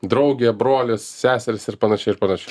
draugė brolis seserys ir panašiai ir panašiai